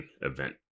event